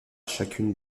chacune